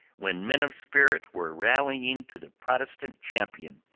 when men of spirit were rallying to the protestant champion,